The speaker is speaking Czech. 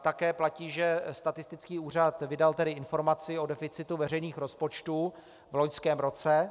Také platí, že statistický úřad vydal informaci o deficitu veřejných rozpočtů v loňském roce.